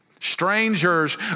Strangers